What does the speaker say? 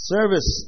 Service